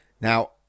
Now